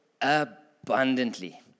abundantly